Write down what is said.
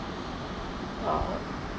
uh